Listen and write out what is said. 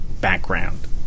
background